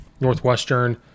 Northwestern